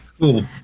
Cool